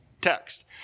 text